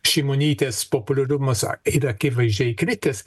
šimonytės populiarumas yra akivaizdžiai kritęs